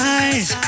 eyes